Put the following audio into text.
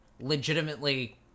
legitimately